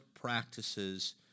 practices